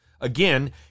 Again